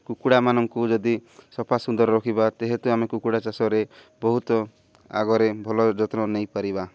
କୁକୁଡ଼ାମାନଙ୍କୁ ଯଦି ସଫା ସୁତୁରା ରଖିବା ଯେହେତୁ ଆମେ କୁକୁଡ଼ା ଚାଷରେ ବହୁତ ଆଗରେ ଭଲ ଯତ୍ନ ନେଇପାରିବା